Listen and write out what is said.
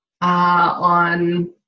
On